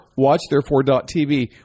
watchtherefore.tv